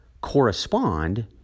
correspond